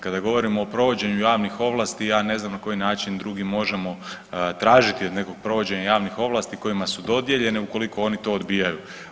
Kada govorimo o provođenju javnih ovlasti ja ne znam na koji način drugi način možemo tražiti od nekoga provođenje javnih ovlasti kojima su dodijeljene ukoliko oni to odbijaju.